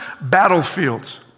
battlefields